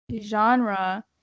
genre